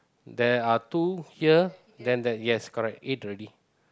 there are two here then there yes correct eight already